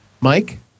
Mike